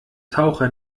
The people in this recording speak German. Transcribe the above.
taucher